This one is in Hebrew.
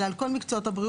אלא על כל מקצועות הבריאות,